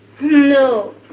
No